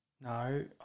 No